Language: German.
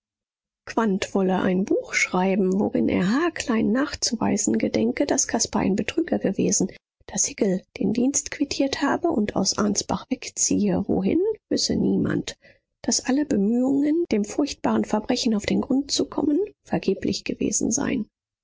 wolle ein buch schreiben worin er haarklein nachzuweisen gedenke daß caspar ein betrüger gewesen daß hickel den dienst quittiert habe und aus ansbach wegziehe wohin wisse niemand daß alle bemühungen dem furchtbaren verbrechen auf den grund zu kommen vergeblich gewesen seien